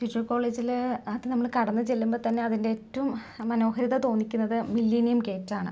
ചിറ്റൂർ കോളേജില് അത് നമ്മള് കടന്ന് ചെല്ലുമ്പം തന്നെ അതിൻ്റെ ഏറ്റവും മനോഹരീത തോന്നിക്കുന്നത് മില്ലേനിയം ഗേറ്റാണ്